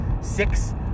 Six